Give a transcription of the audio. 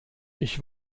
ich